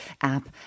app